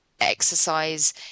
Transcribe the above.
exercise